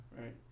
right